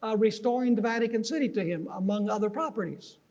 ah restoring the vatican city to him among other properties.